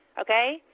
Okay